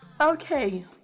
okay